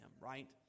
right